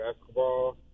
basketball